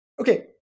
Okay